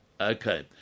Okay